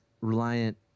reliant